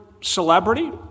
celebrity